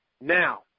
Now